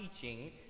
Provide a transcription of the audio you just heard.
teaching